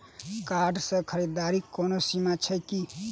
Card सँ खरीददारीक कोनो सीमा छैक की?